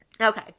Okay